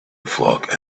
flock